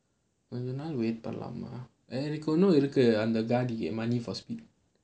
இவ்ளோ நாள்:ivlo naal wait பண்ணலாமா எங்க வீட்டுலயும் இருக்கு அந்த:pannalaama enga veetulaiyum irukku antha money for speed